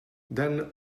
then